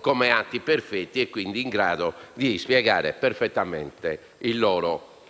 come atti perfetti e quindi in grado di dispiegare perfettamente i loro effetti.